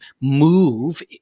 move